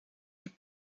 die